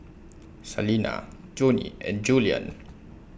Salena Joni and Julien